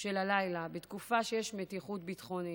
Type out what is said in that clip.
של הלילה, בתקופה שיש מתיחות ביטחונית,